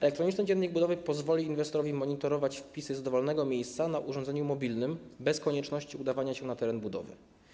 elektroniczny dziennik budowy pozwoli inwestorowi monitorować wpisy z dowolnego miejsca na urządzeniu mobilnym bez konieczności udawania się na teren budowy.